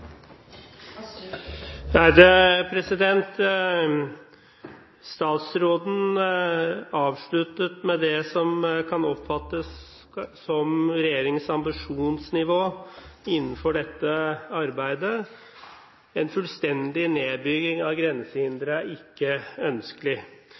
Statsråden avsluttet med det som kan oppfattes som regjeringens ambisjonsnivå innenfor dette arbeidet – en fullstendig nedbygging av